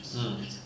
hmm